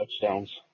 touchdowns